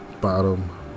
bottom